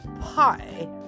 pie